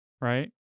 right